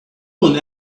one